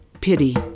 Pity